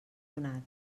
donat